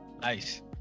Nice